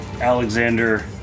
Alexander